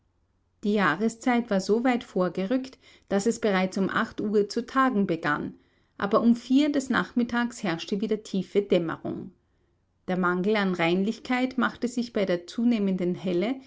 die jahreszeit war so weit vorgerückt daß es bereits um acht uhr zu tagen begann aber um vier des nachmittags herrschte wieder tiefe dämmerung der mangel an reinlichkeit machte sich bei der zunehmenden helle